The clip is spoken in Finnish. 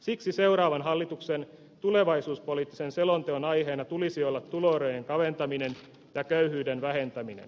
siksi seuraavan hallituksen tulevaisuuspoliittisen selonteon aiheena tulisi olla tuloerojen kaventaminen ja köyhyyden vähentäminen